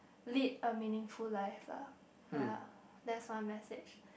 lead a meaningful life lah ya that's my message